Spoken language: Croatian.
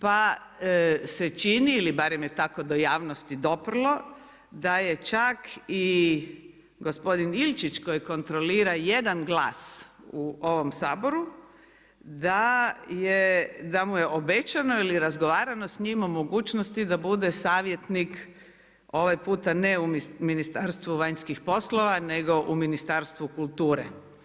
Pa se čini ili barem je tako do javnosti doprlo, da je čak i gospodin Ilčić koji kontrolira 1 glas u ovom Saboru, da je obećano ili razgovarao s njim o mogućnosti da bude savjetnik, ovaj puta ne u Ministarstvo vanjskih poslova, nego u Ministarstvu kulture.